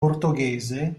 portoghese